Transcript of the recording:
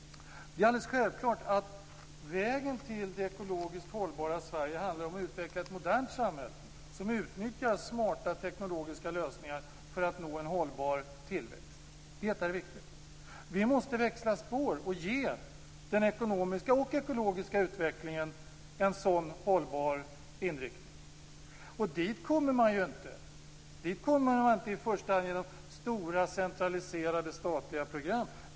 Det är alldeles självklart att vägen till det ekologiskt hållbara Sverige handlar om att utveckla ett modernt samhälle som utnyttjar smarta teknologiska lösningar för att nå en hållbar tillväxt. Det är viktigt. Vi måste växla spår och ge den ekonomiska och ekologiska utvecklingen en sådan hållbar inriktning. Dit kommer man inte i första hand genom stora centraliserade statliga program.